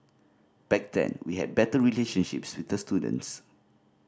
back then we had better relationships with the students